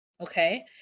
Okay